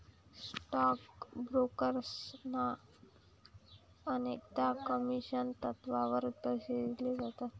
stock ब्रोकर्सना अनेकदा commission तत्त्वावर पैसे दिले जातात